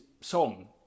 song